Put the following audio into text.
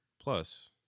Plus